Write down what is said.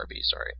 sorry